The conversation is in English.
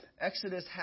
Exodus